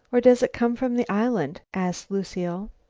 or does it come from the island? asked lucile.